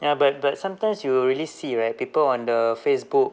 ya but but sometimes you will really see right people on the facebook